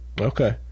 Okay